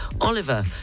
Oliver